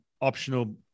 optional